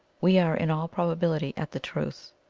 we are in all probability at the truth.